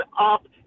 up